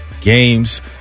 games